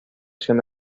acción